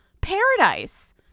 paradise